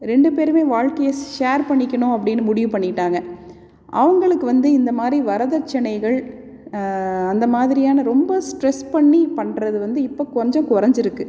ரெண்டு பேருமே வாழ்க்கையை ஷேர் பண்ணிக்கணும் அப்படினு முடிவு பண்ணிவிட்டாங்க அவங்களுக்கு வந்து இந்த மாதிரி வரதட்சணைகள் அந்த மாதிரியான ரொம்ப ஸ்ட்ரெஸ் பண்ணி பண்றது வந்து இப்போ கொஞ்சம் கொறைஞ்சிருக்கு